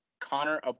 Connor